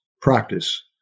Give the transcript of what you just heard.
practice